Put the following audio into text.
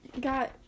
got